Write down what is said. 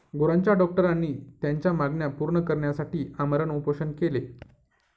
गुरांच्या डॉक्टरांनी त्यांच्या मागण्या पूर्ण करण्यासाठी आमरण उपोषण केले